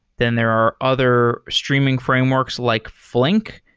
then there are other streaming frameworks like flink.